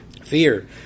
Fear